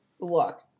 look